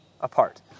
apart